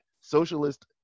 socialist